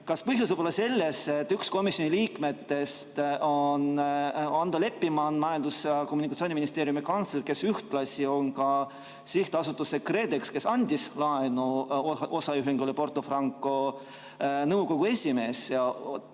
põhjus võib olla selles, et üks komisjoni liikmetest on Ando Leppiman, Majandus- ja Kommunikatsiooniministeeriumi kantsler, kes ühtlasi on ka sihtasutuse KredEx, kes andis laenu osaühingule Porto Franco, nõukogu esimees ja